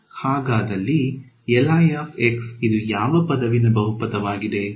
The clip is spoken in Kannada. ಹಾಗಾದಲ್ಲಿ ಇದು ಯಾವ ಪದವಿನ ಬಹುಪದವಾಗಿದೆ